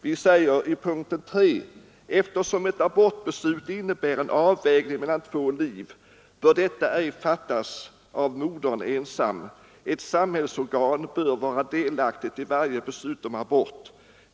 Vi säger i punkten 3: ”Eftersom ett abortbeslut innebär en avvägning mellan två liv bör detta ej fattas av modern ensam. Ett samhällsorgan bör vara delaktigt i varje beslut om abort.